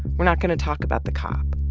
we're not going to talk about the cop,